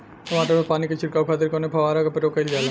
टमाटर में पानी के छिड़काव खातिर कवने फव्वारा का प्रयोग कईल जाला?